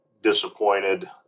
disappointed